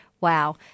Wow